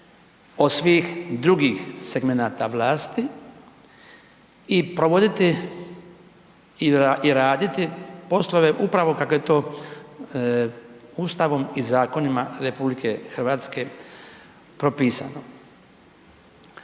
od svih drugih segmenata vlasti i provoditi i raditi poslove upravo kako je to Ustavom i zakonima RH propisano.